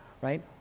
right